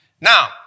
Now